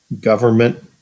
government